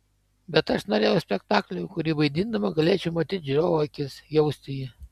bet aš norėjau spektaklio kurį vaidindama galėčiau matyt žiūrovo akis jausti jį